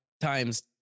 times